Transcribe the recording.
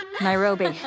Nairobi